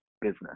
business